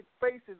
faces